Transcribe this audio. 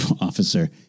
officer